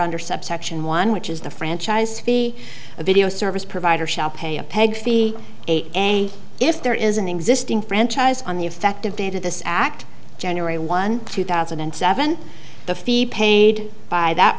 under subsection one which is the franchise fee a video service provider shall pay a peg fee and if there is an existing franchise on the effective date of this act january one two thousand and seven the fee paid by that